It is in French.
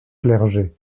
clergé